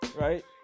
right